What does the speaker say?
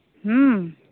ᱦᱩᱸ